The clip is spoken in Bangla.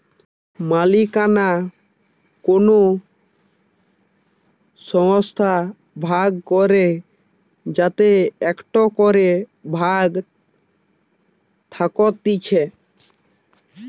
মালিকানা কোন সংস্থার ভাগ করে যাদের একটো করে ভাগ থাকতিছে